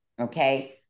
Okay